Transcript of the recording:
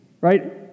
right